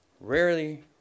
Rarely